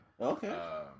Okay